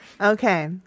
Okay